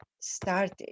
started